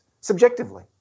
subjectively